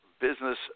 business